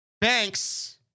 Banks